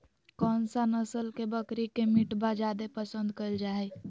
कौन सा नस्ल के बकरी के मीटबा जादे पसंद कइल जा हइ?